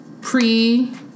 pre